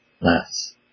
less